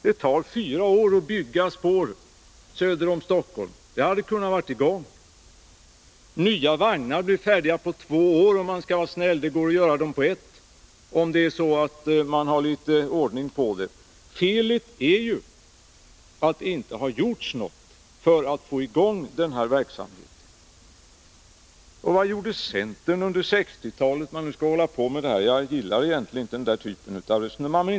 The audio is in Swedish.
Det tar fyra år att bygga spår söder om Stockholm. Det hade nu kunnat vara i gång. Nya vagnar blir färdiga på två år, om man skall vara snäll — det går att göra dem på ett år om det är litet ordning på det. Felet är att det inte gjorts någonting för att få i gång den här verksamheten. Vad gjorde centern under 1960-talet, om man nu skall hålla på med detta — jag gillar egentligen inte den här typen av resonemang.